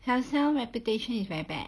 Carousell reputation is very bad